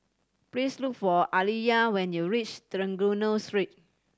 please look for Aaliyah when you reach Trengganu Street